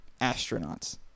astronauts